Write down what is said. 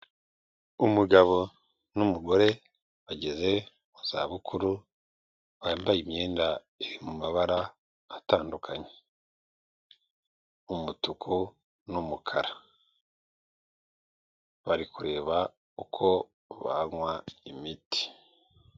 Umugabo n'umugore bageze mu zabukuru bambaye imyenda iri mu mabara atandukanye umutuku, n'umukara, bari kureba uko banywa imiti.